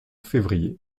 février